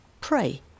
pray